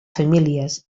famílies